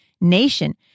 nation